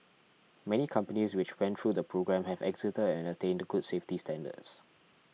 many companies which went through the programme have exited and attained good safety standards